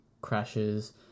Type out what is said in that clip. crashes